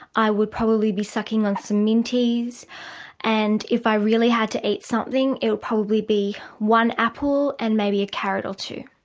i would probably be sucking on some minties and if i really had to eat something it would probably be one apple and maybe a carrot or two.